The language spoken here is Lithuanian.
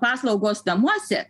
paslaugos namuose